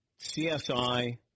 CSI